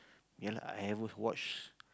ya lah I have watch